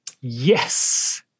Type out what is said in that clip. Yes